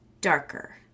darker